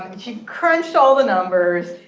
she crunched all the numbers,